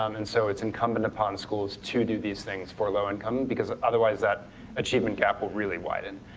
um and so it's incumbent upon schools to do these things for low income, because otherwise that achievement gap will really widen.